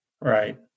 Right